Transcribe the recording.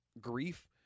grief